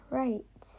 right